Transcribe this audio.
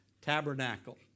tabernacle